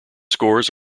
scores